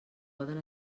poden